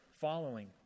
following